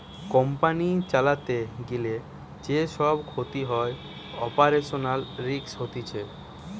company চালাতে গিলে যে সব ক্ষতি হয়ে অপারেশনাল রিস্ক হতিছে